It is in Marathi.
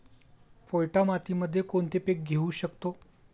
पोयटा मातीमध्ये कोणते पीक घेऊ शकतो?